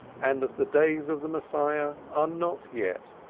and that the days of the messiah are not yet,